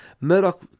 Murdoch